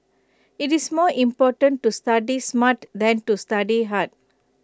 IT is more important to study smart than to study hard